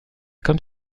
comme